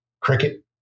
Cricket